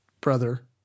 brother